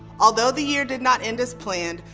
although the year did not end as planned,